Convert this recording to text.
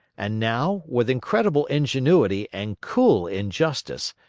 and now, with incredible ingenuity and cool injustice,